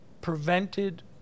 prevented